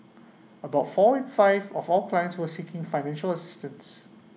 about four in five of all clients were seeking financial assistance